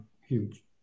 huge